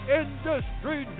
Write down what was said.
industry